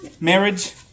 marriage